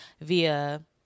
via